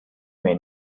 may